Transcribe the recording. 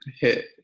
hit